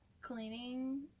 cleaning